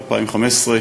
2015,